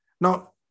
Now